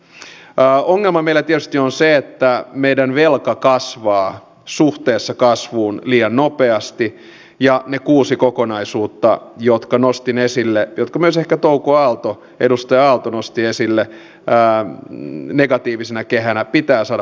ongelma meillä tietysti on se että meidän velka kasvaa suhteessa kasvuun liian nopeasti ja ne kuusi kokonaisuutta jotka nostin esille ja jotka myös ehkä edustaja aalto nosti esille negatiivisena kehänä pitää saada positiiviseksi kehäksi